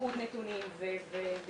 לבחון את עניין השירותים